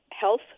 health